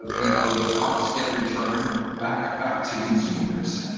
ah you know, the costs get returned back back to consumers.